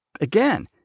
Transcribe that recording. again